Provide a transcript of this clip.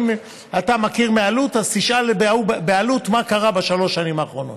ואם אתה מכיר מאלו"ט אז תשאל באלו"ט מה קרה בשלוש השנים האחרונות.